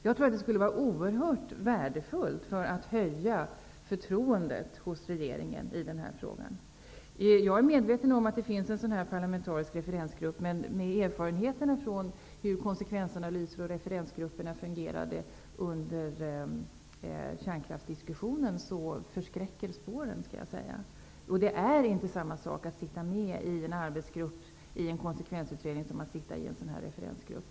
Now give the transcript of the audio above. Det skulle vara oerhört värdefullt för att höja förtroendet för regeringen i den här frågan. Jag är medveten om att det finns en parlamentarisk referensgrupp, men med erfarenhet från hur konsekvensanalyser och referensgrupper fungerade under kärnkraftsdiskussionen förskräcker spåren. Det är inte samma sak att sitta med i en arbetsgrupp i en konsekvensutredning som att sitta i en sådan här referensgrupp.